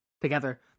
Together